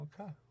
Okay